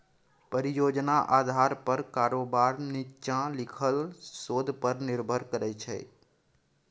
परियोजना आधार पर कारोबार नीच्चां लिखल शोध पर निर्भर करै छै